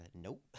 Nope